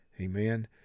Amen